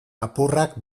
apurrak